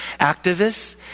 Activists